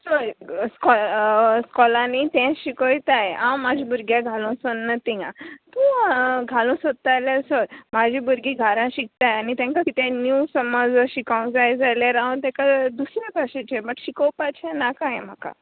चोय इस्को इस्कोलानीय तेंच शिकोयताय हांव म्हाज भुरग्या घालों सोदना थिंगां तूं घालों सोदता जाल्या सोर म्हाजी भुरगीं घारा शिकताय आनी तेंकां कितें नीव सोमोज शिकोंक जाय जाल्यार हांव तेका दुसरे भाशेचें शिकोवपाचेंय नाका म्हाका